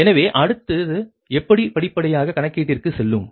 எனவே அடுத்தது எப்படி படிப்படியாக கணக்கீட்டிற்கு செல்லும்